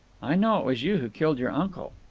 i know it was you who killed your uncle.